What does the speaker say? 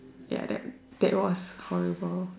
ya that that was horrible